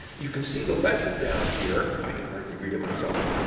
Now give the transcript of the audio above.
you can see the legend down here i can hardly read it myself.